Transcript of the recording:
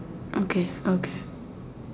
okay okay